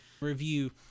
review